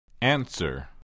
Answer